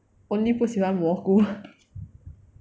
only 不喜欢蘑菇